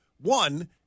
One